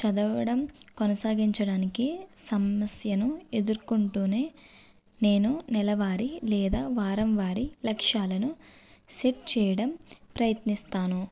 చదవడం కొనసాగించడానికి సమస్యను ఎదుర్కొంటూనే నేను నెలవారి లేదా వారం వారి లక్ష్యాలను సెట్ చేయడం ప్రయత్నిస్తాను